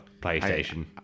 PlayStation